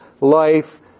life